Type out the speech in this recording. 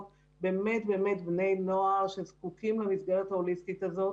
בני נוער שזקוקים למסגרת ההוליסטית הזאת.